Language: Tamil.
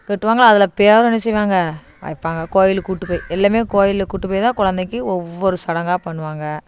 கட்டுவாங்கள அதில் பெயரு என்ன செய்வாங்க வைப்பாங்க கோவிலுக்கு கூட்டுப் போய் எல்லாமே கோவில்ல கூப்ட்டுப்போய் தான் குழந்தைக்கி ஒவ்வொரு சடங்காக பண்ணுவாங்க